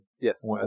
Yes